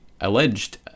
alleged